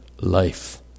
life